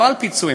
לא על פיצויים,